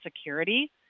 security